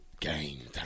Game